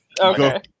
Okay